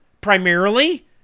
primarily